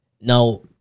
Now